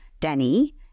Danny